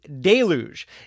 deluge